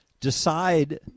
decide